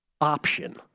option